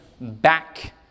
back